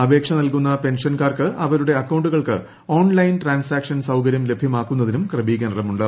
അപേക്ഷ നൽകുന്ന പെൻഷൻകാർക്ക് അവരുടെ അക്കൌണ്ടുകൾക്ക് ഓൺലൈൻ ട്രാൻസാക്ഷൻ സൌകര്യം ലഭ്യമാക്കുന്നതിനും ക്രമീകരണമുണ്ട്